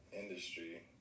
industry